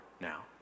now